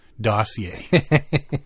dossier